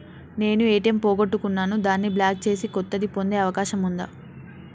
నేను ఏ.టి.ఎం పోగొట్టుకున్నాను దాన్ని బ్లాక్ చేసి కొత్తది పొందే అవకాశం ఉందా?